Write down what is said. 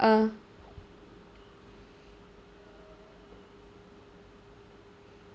uh